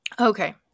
Okay